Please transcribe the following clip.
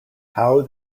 how